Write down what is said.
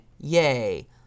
yay